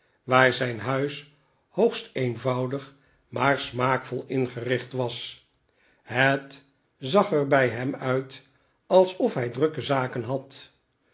waar zijn huis hoogst eenvoudig maar smaakvol ingericht was het zag er bij hem uit alsof hi drukke zaken had